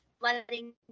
letting